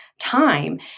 Time